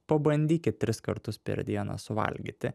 pabandykit tris kartus per dieną suvalgyti